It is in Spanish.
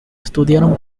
estudiaron